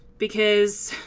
because